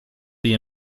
the